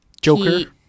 Joker